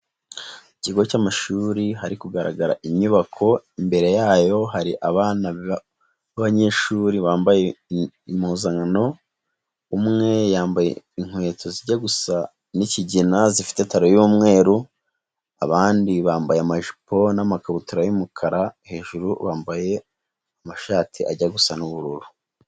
Mu kigo cy'amashuri hari kugaragara inyubako imbere yayo hari abana b'abanyeshuri bambaye impuzankano, umwe yambaye inkweto zijya gusa n'ikigina zifite taro y'umweru abandi bambaye amajipo n'amakabutura y'umukara hejuru bambaye amashati ajya gusana n'ubururu.